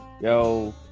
Yo